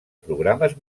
programes